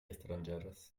estrangeres